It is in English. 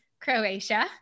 Croatia